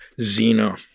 Zena